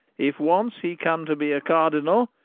if once he come to be a cardinall,